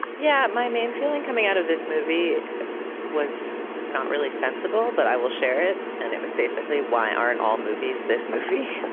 yeah. my main feeling coming out of this movie was not really sensible, but i will share it. and it was basically, why aren't all movies this movie?